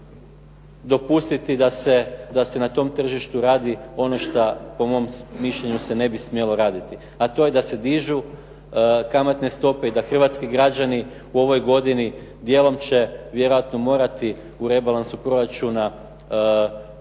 dopustiti da se na tom tržištu radi ono što po mom mišljenju se ne bi smjelo raditi a to je da se dižu kamatne stope i da hrvatski građani u ovoj godini djelom će vjerojatno morati u rebalansu proračuna